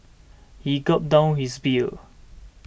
he gulped down his beer